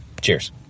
Cheers